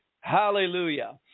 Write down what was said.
Hallelujah